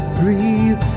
breathe